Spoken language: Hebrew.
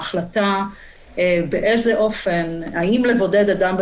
ההחלטה באיזה אופן האם לבודד אדם,